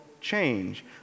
change